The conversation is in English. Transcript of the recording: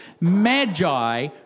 magi